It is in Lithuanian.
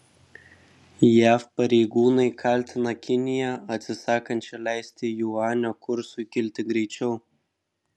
jav pareigūnai kaltina kiniją atsisakančią leisti juanio kursui kilti greičiau